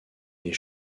les